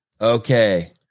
Okay